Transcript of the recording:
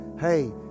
Hey